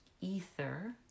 ether